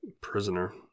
prisoner